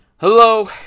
Hello